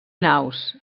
naus